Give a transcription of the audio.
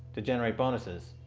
to generate bonuses.